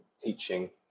teaching